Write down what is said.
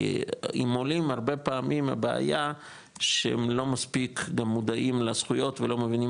כי עם עולים הרבה פעמים הבעיה שהם לא מספיק מודעים לזכויות ולא מבינים